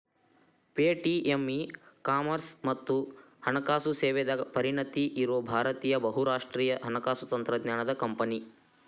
Paytm e commerce ಮತ್ತ ಹಣಕಾಸು ಸೇವೆದಾಗ ಪರಿಣತಿ ಇರೋ ಭಾರತೇಯ ಬಹುರಾಷ್ಟ್ರೇಯ ಹಣಕಾಸು ತಂತ್ರಜ್ಞಾನದ್ ಕಂಪನಿ